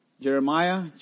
Jeremiah